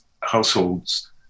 households